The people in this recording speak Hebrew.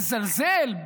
מזלזל,